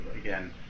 again